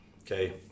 okay